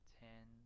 ten